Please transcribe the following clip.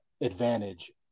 advantage